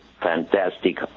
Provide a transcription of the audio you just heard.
fantastic